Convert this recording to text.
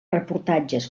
reportatges